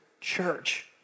church